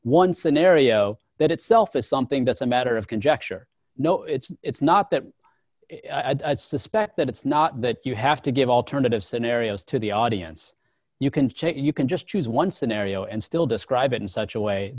one scenario that itself is something that's a matter of conjecture no it's not that i suspect that it's not that you have to give alternative scenarios to the audience you can change and you can just choose one scenario and still describe it in such a way